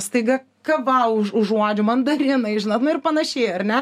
staiga kava už užuodžiu mandarinai žinot nu ir panašiai ar ne